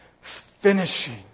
Finishing